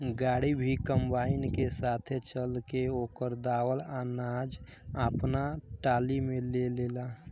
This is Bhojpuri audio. गाड़ी भी कंबाइन के साथे चल के ओकर दावल अनाज आपना टाली में ले लेला